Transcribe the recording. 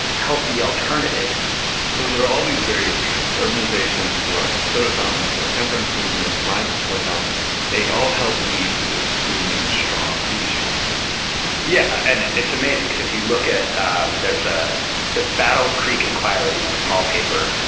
healthy, alternative so there are all these various trends urbanization, the rise of the soda fountain, the temperance movement, the rise of public health they all helped lead to this booming straw industry really yeah, and it's amazing because if you look at, um there's ah the battle creek enquirer, you know, a small paper,